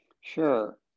Sure